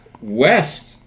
west